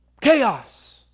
chaos